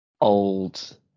old